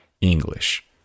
English